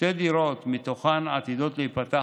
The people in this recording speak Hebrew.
שתי דירות מתוכן עתידות להיפתח